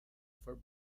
for